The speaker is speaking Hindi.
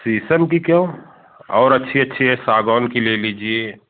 शीशम की क्यों और अच्छी अच्छी है सागवान की ले लीजिए